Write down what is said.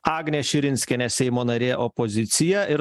agnės širinskienė seimo narė opozicija ir